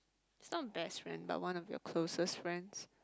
is not best friend but one of your closest friends